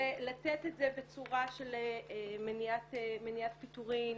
ולתת את זה בצורה של מניעת פיטורין,